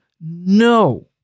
no